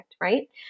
right